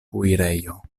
kuirejo